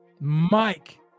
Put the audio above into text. Mike